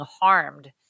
harmed